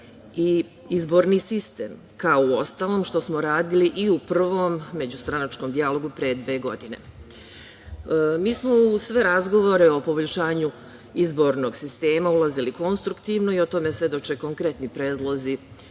i izborni sistem. Uostalom, kao što smo radili i u prvom međustranačkom dijalogu pre dve godine. Mi smo u sve razgovore o poboljšanju izbornog sistema ulazili konstruktivno i o tome svedoče konkretni predlozi